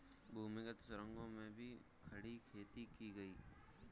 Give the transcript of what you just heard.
भूमिगत सुरंगों में भी खड़ी खेती की गई